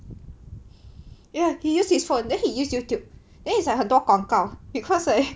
ya he used his phone then he use Youtube then it's like 很多广告 because like